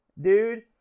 dude